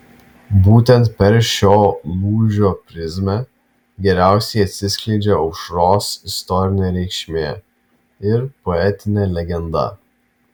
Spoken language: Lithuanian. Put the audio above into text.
būtent per šio lūžio prizmę geriausiai atsiskleidžia aušros istorinė reikšmė ir poetinė legenda